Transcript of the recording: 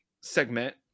segment